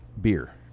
beer